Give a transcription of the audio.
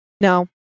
No